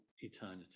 eternity